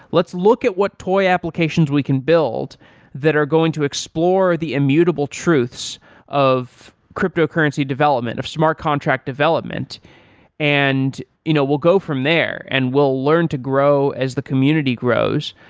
let's look at what toy applications we can build that are going to explore the immutable truths of cryptocurrency development, or smart contract development and you know we'll go from there and we'll learn to grow as the community grows.